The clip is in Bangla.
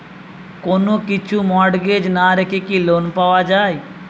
কোন কিছু মর্টগেজ না রেখে কি লোন পাওয়া য়ায়?